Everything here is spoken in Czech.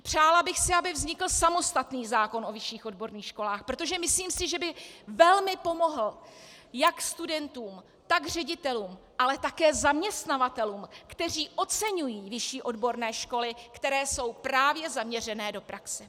Přála bych si, aby vznikl samostatný zákon o vyšších odborných školách, protože si myslím, že by velmi pomohl jak studentům, tak ředitelům, ale také zaměstnavatelům, kteří oceňují vyšší odborné školy, které jsou právě zaměřené do praxe.